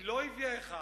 היא לא הביאה אחד,